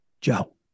Joe